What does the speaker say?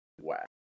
Wow